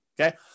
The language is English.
okay